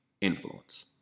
influence